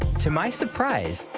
to my surprise,